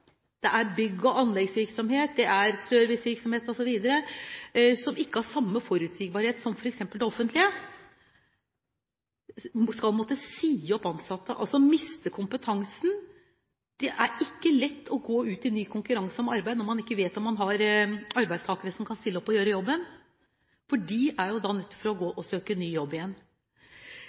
det er bygg- og anleggsvirksomhet, det er servicevirksomhet osv. – som ikke har den samme forutsigbarhet som f.eks. det man har i det offentlige, sies opp, altså mister de kompetansen. Det er ikke lett å legge inn anbud i ny konkurranse om arbeid når man ikke vet om man har arbeidstakere som kan stille opp og gjøre jobben, for de er jo da nødt til å søke ny jobb igjen.